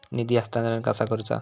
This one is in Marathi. निधी हस्तांतरण कसा करुचा?